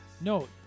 No